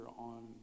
on